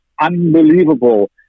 unbelievable